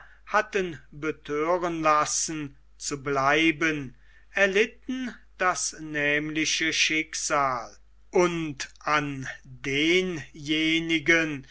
hatten bethören lassen zu bleiben erlitten das nämliche schicksal und an denjenigen